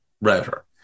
router